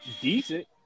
decent